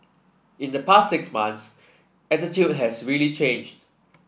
in the past six months attitude has really changed